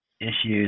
issues